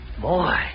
Boy